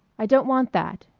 i don't want that,